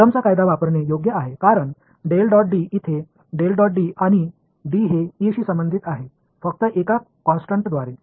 कुलम्बचा कायदा वापरणे योग्य आहे कारण इथे आणि डी हे ई शी संबंधित आहे फक्त एका कॉन्स्टन्टद्वारे